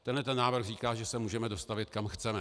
Tento návrh říká, že se můžeme dostavit, kam chceme.